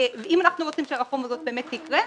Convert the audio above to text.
ואם אנחנו רוצים שהרפורמה הזאת באמת תקרה,